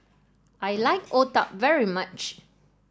I like Otah very much